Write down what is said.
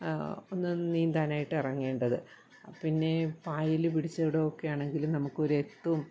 ഒന്ന് നീന്താനായിട്ട് ഇറങ്ങേണ്ടത് പിന്നെ പായൽ പിടിച്ചെടുക്കുകയാണെങ്കിൽ നമ്മുക്കൊരെത്തും